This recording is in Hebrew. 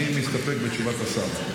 אני מסתפק בתשובת השר.